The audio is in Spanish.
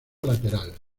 lateral